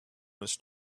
was